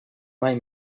mai